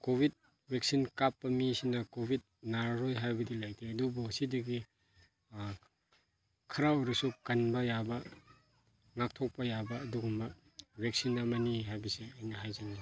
Covid vaccine ꯀꯥꯞꯄ ꯃꯤꯁꯤꯡꯅ Covid ꯅꯥꯔꯔꯣꯏ ꯍꯥꯏꯕꯗꯤ ꯂꯩꯇꯦ ꯑꯗꯨꯕꯨ ꯁꯤꯗꯒꯤ ꯈꯔꯇ ꯑꯣꯏꯔꯁꯨ ꯀꯟꯕ ꯌꯥꯕ ꯉꯥꯛꯊꯣꯛꯄ ꯌꯥꯕ ꯑꯗꯨꯒꯨꯝꯕ ꯕꯦꯛꯁꯤꯟ ꯑꯃꯅꯤ ꯍꯥꯏꯕꯁꯤ ꯑꯩꯅ ꯍꯥꯏꯖꯅꯤꯡꯏ